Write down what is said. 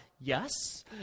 yes